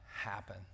happen